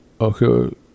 Okay